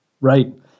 Right